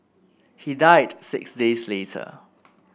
he died six days later